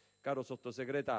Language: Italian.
si tenterà